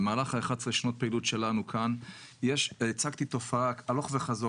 במהלך 11 שנות הפעילות שלנו כאן הצגתי תופעה הלוך וחזור